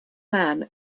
man